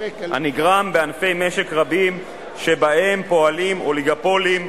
הנגרם בענפי משק רבים שפועלים בהם אוליגופולים,